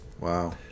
Wow